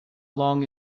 long